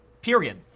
period